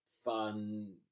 fun